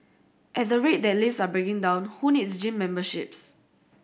at the rate that lifts are breaking down who needs gym memberships